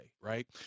right